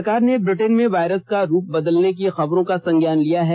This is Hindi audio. सरकार ने ब्रिटेन में वायरस का रूप बदलने की खबरों का संज्ञान लिया है